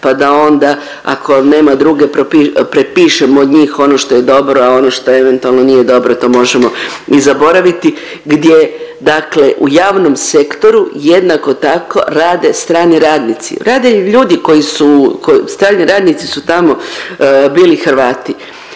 pa da onda ako nema druge prepišemo od njih ono što je dobro, a ono što eventualno nije dobro to možemo i zaboraviti, gdje dakle u javnom sektoru jednako tako rade strani radnici. Rade ljudi koji su, strani radnici su tamo bili Hrvati.